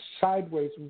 sideways